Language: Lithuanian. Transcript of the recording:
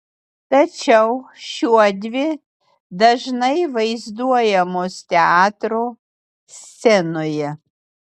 tačiau šiuodvi dažnai vaizduojamos teatro scenoje